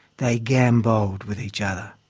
they gambolled with each other.